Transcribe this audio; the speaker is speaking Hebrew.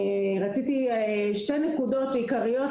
רציתי לדבר על שתי נקודות עיקריות,